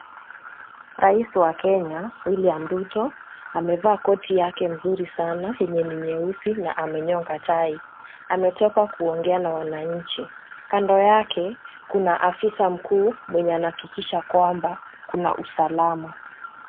Rais wa Kenya William Ruto amevaa koti yake nzuri sana yenye ni nyeusi na amenyonga tai. Ametoka kuongea na wananchi. Kando yake kuna afisa mkuu mwenye anahakikisha kwamba kuna usalama.